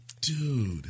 Dude